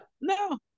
no